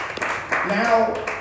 Now